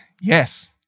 yes